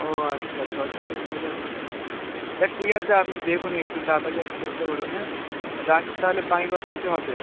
ও আচ্ছা ছশোর মধ্যে হয়ে যাবে তা ঠিক আছে আপনি দেখুন একটু তাড়াতাড়ি আসার চেষ্টা করুন হ্যাঁ রাখছি তাহলে বাকি কথা এসে হবে